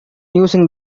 using